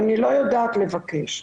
ואני לא יודעת לבקש,